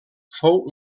fou